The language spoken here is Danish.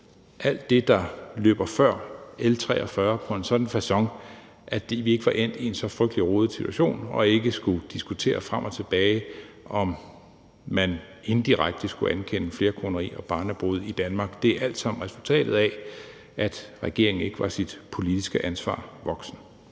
alt det, der ligger før L 43, på en sådan facon, at vi ikke var endt i en så frygtelig rodet situation og ikke skulle diskutere frem og tilbage, om man indirekte skulle anerkende flerkoneri og barnebrude i Danmark. Det er alt sammen resultatet af, at regeringen ikke var sit politiske ansvar voksen.